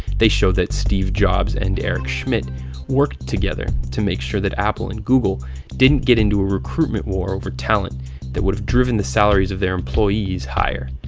they show that steve jobs and eric schmidt worked together to make sure that apple and google didn't get into a recruitment war over talent that would driven the salaries of their employees higher.